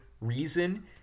reason